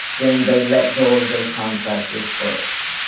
then they let go of their contractors first.